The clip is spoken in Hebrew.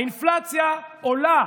האינפלציה עולה,